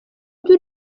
njye